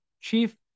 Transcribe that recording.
chief